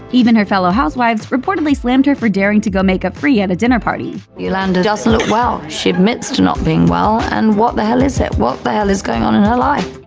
even her fellow housewives reportedly slammed her for daring to go makeup-free at a dinner party. yolanda doesn't look well. she admits to not being well, and what the hell is it? what the hell is going on in her life?